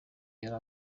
yari